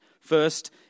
First